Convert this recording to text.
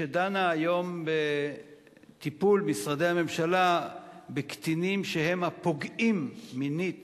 שדנה בטיפול משרדי הממשלה בקטינים שהם הפוגעים מינית